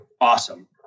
awesome